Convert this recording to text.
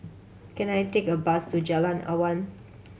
can I take a bus to Jalan Awan